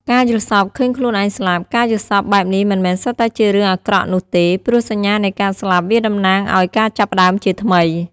ការយល់សប្តិឃើញខ្លួនឯងស្លាប់ ការយល់សប្តិបែបនេះមិនមែនសុទ្ធតែជារឿងអាក្រក់នោះទេព្រោះសញ្ញានៃការស្លាប់ វាតំណាងឲ្យការចាប់ផ្តើមជាថ្មី។